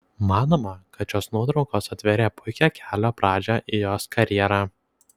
manoma kad šios nuotraukos atvėrė puikią kelio pradžią į jos karjerą